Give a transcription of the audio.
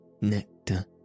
nectar